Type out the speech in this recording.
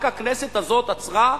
רק הכנסת הזו עצרה,